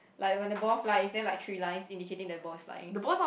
like when the ball flies there like three lines indicating the ball is flying